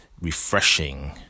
refreshing